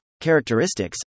characteristics